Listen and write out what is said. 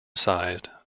sized